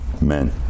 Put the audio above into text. men